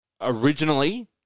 Originally